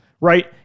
right